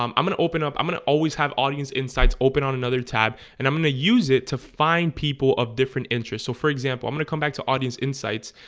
i'm i'm gonna open up i'm gonna always have audience insights open on another tab and i'm gonna use it to find people of different interests so for example i'm gonna come back to audience insights,